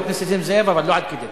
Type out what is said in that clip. חבר הכנסת נסים זאב, אבל לא עד כדי כך.